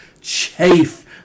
chafe